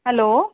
hello